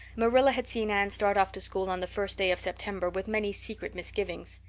marilla had seen anne start off to school on the first day of september with many secret misgivings.